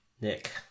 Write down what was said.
Nick